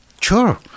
Sure